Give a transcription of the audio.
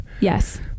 Yes